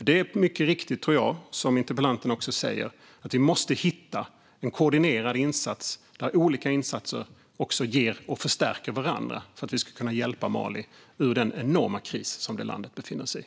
Det är mycket riktigt så, som interpellanten också säger, att vi måste hitta en koordinerad insats där olika insatser också förstärker varandra så att vi ska kunna hjälpa Mali ur den enorma kris som landet befinner sig i.